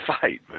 fight